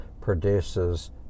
produces